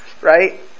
Right